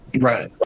right